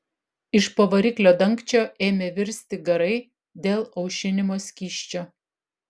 iš po variklio dangčio ėmė virsti garai dėl aušinimo skysčio